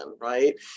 right